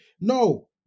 No